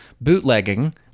bootlegging